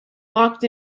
locked